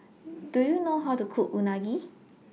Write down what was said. Do YOU know How to Cook Unagi